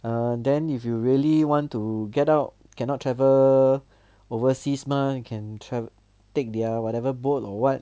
err then if you really want to get out cannot travel overseas mah can travel take their whatever boat or what